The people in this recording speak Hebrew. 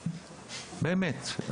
באמת.